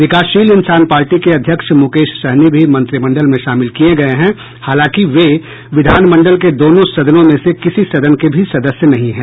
विकासशील इंसान पार्टी के अध्यक्ष मुकेश सहनी भी मंत्रिमंडल में शामिल किये गये हैं हालांकि वे विधानमंडल के दोनों सदनों में से किसी सदन के भी सदस्य नहीं हैं